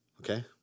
Okay